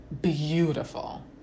beautiful